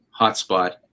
hotspot